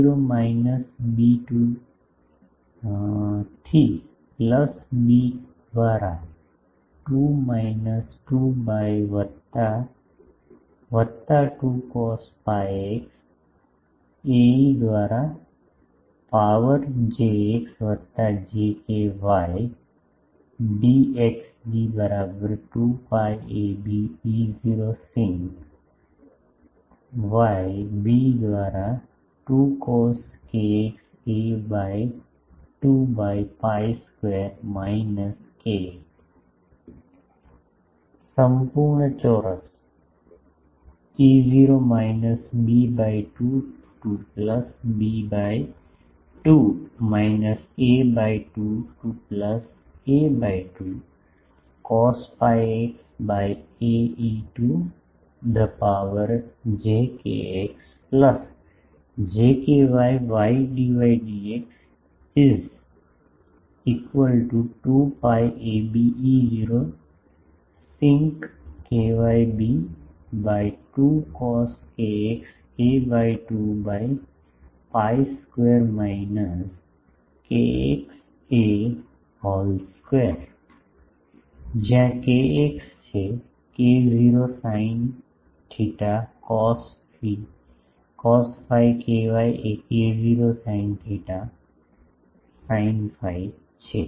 E0 minus B 2 થી plus B દ્વારા 2 minus 2 by વત્તા વત્તા 2 કોસ પાઇ x એઇ દ્વારા પાવર જે કેએક્સ વત્તા જે કે વાય ડીએક્સ્ડી બરાબર 2 pi A B E0 sinc કાય બી દ્વારા 2 cos k x a by 2 by pi square minus k x સંપૂર્ણ ચોરસ જ્યાં કેએક્સ છે K0 sine theta cos phi ky એ K0 sine theta sine phi છે